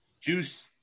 Juice